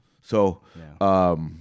So-